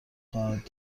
خواهد